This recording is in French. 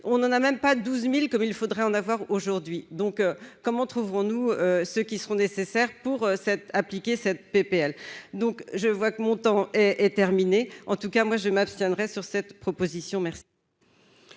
on en a même pas 12000 comme il faudrait en avoir aujourd'hui donc comment trouverons-nous ceux qui seront nécessaires pour 7 appliquer cette PPL, donc je vois que Montand est terminé, en tout cas moi je m'abstiendrai sur cette proposition,